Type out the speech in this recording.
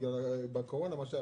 בגלל הקורונה.